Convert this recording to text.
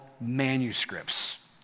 manuscripts